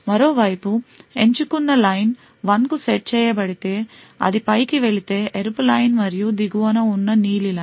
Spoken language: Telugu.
మరోవైపు ఎంచుకున్న లైన్ 1 కు సెట్ చేయబడితే అది పైకి వెళ్ళే ఎరుపు లైన్ మరియు దిగువన ఉన్న నీలి లైన్